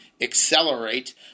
accelerate